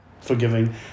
forgiving